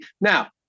now